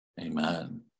Amen